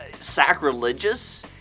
sacrilegious